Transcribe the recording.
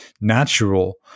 natural